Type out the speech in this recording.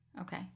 Okay